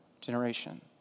generation